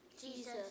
Jesus